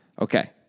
Okay